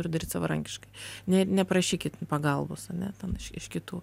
turiu daryt savarankiškai nė neprašykit pagalbos ane ten iš kitų